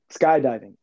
skydiving